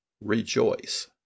rejoice